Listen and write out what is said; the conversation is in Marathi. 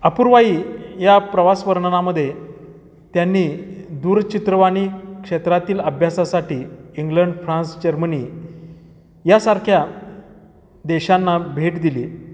अपूर्वाई या प्रवासवर्णनामध्ये त्यांनी दूरचित्रवाणी क्षेत्रातील अभ्यासासाठी इंग्लंड फ्रान्स जर्मनी यासारख्या देशांना भेट दिली